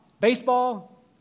baseball